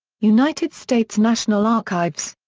united states national archives.